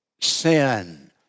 sin